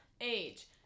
Age